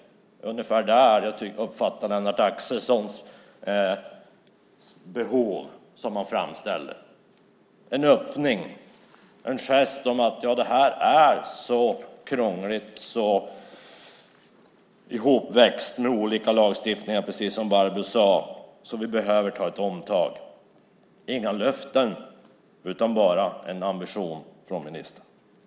Det är ungefär så jag uppfattar de behov som Lennart Axelsson för fram. Vi vill ha en öppning, en gest. Det här är så krångligt och olika lagstiftning är så hopväxt, precis som Barbro sade, att vi behöver göra ett omtag - inga löften, bara en ambition från ministerns sida.